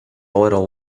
little